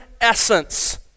essence